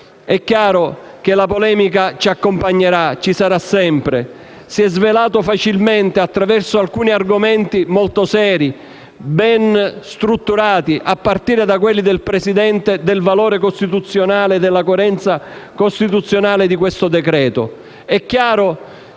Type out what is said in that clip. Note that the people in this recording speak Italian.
È chiaro che la polemica ci accompagnerà e ci sarà sempre. Si è svelato facilmente, attraverso alcuni argomenti molto seri e ben strutturati, a partire da quelli del Presidente, il valore e la coerenza costituzionale del decreto-legge. È chiaro